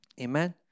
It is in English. Amen